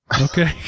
Okay